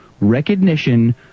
Recognition